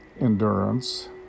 endurance